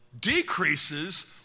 decreases